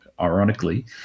ironically